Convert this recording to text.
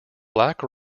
black